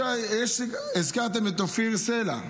הזכרתם את סער סלע,